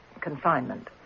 confinement